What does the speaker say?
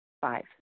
Five